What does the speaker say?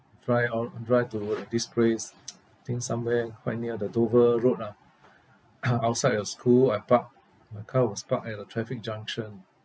drive out drive toward this place I think somewhere quite near the dover road ah outside of school I park my car was parked at the traffic junction